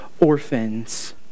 orphans